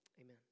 amen